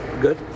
Good